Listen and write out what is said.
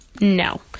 No